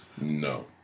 No